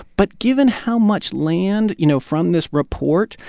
but given how much land, you know, from this report,